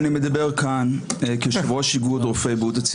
חבר הכנסת יוראי להב הרצנו, אני קורא אותך